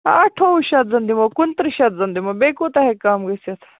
آ اَٹھووُہ شَتھ زَن دِمو کُنترٕٛہ شَتھ زَن دِمو بیٚیہِ کوٗتاہ ہیٚکہِ کَم گٔژھِتھ